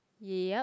yeap